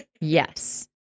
Yes